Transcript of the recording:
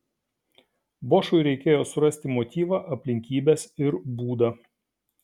bošui reikėjo surasti motyvą aplinkybes ir būdą